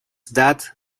that